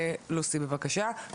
לוסי בבקשה.